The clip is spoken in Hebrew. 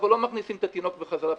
אנחנו לא מכניסים את התינוק בחזרה פנימה.